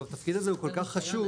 התפקיד הזה הוא כל כך חשוב,